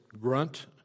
grunt